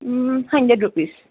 hundred rupees